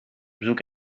bezoek